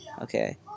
Okay